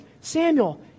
Samuel